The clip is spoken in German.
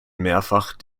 mehrfach